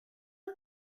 del